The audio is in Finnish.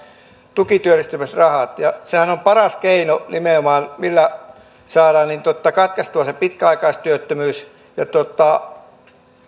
tukityöllistämisrahat sehän on nimenomaan paras keino millä saadaan katkaistua se pitkäaikaistyöttömyys ja